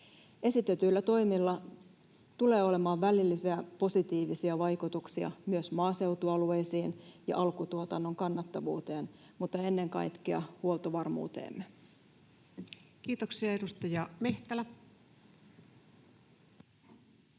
Esitetyillä toimilla tulee olemaan välillisiä positiivisia vaikutuksia myös maaseutualueisiin ja alkutuotannon kannattavuuteen, mutta ennen kaikkea huoltovarmuuteemme. Kiitoksia. — Edustaja Mehtälä. Arvoisa